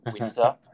winter